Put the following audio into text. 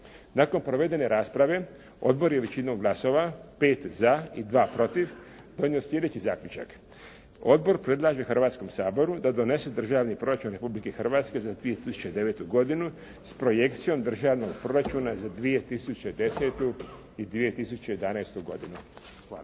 Nakon provedene rasprave, Odbor je većinom glasova, 5 za i 2 protiv, donio sljedeći zaključak: Odbor predlaže Hrvatskom saboru da donese Državni proračun Republike Hrvatske za 2009. godinu s projekcijom Državnog proračuna za 2010. i 2011. godinu. Hvala.